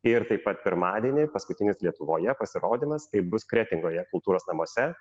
ir taip pat pirmadienį paskutinis lietuvoje pasirodymas tai bus kretingoje kultūros namuose